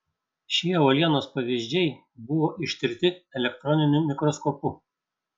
šie uolienos pavyzdžiai buvo ištirti elektroniniu mikroskopu